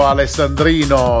Alessandrino